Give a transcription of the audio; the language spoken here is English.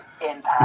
impact